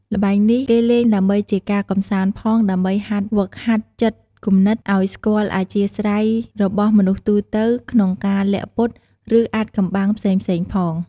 ល្បែងនេះ គេលេងដើម្បីជាការកម្សាន្តផង ដើម្បីហាត់ហ្វឹកហ្វឺនចិត្តគំនិត ឲ្យស្គាល់អធ្យាស្រ័យរបស់មនុស្សទូទៅក្នុងការលាក់ពុត ឬអាថ៍កំបាំងផ្សេងៗផង។